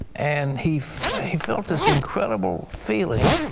and he felt he felt his incredible feeling,